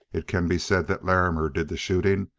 it can be said that larrimer did the shooting,